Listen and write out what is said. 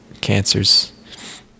cancers